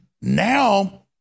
Now